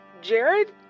Jared